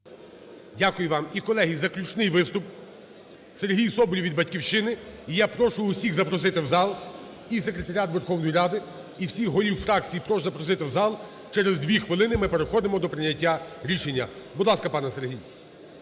Дякую вам. І, колеги, заключний виступ, Сергій Соболєв від "Батьківщини". Я прошу всіх запросити в зал і секретаріат Верховної Ради, і всіх голів фракцій прошу запросити в зал. Через дві хвилини ми переходимо до прийняття рішення. Будь ласка, пане Сергій.